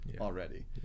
already